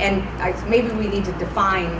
and i think maybe we need to define